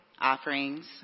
offerings